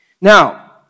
Now